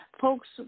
folks